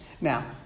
Now